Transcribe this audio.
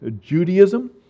Judaism